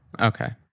Okay